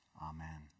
Amen